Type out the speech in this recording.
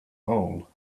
hole